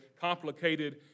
complicated